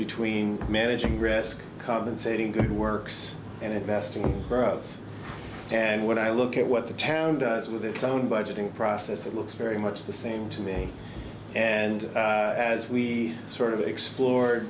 between managing risk compensating good works and investing in growth and when i look at what the town does with its own budgeting process it looks very much the same to me and as we sort of explore